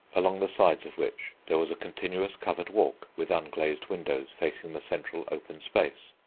along the sides of which there was a continuous covered walk with unglazed windows facing the central open space.